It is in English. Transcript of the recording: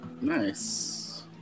Nice